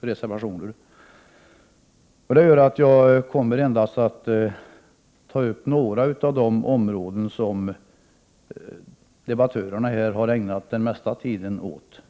reservationer är fogade till betänkandet. Det innebär att jag endast kommer att ta upp några av de områden som debattörerna har ägnat mest tid åt.